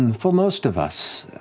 and for most of us,